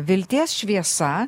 vilties šviesa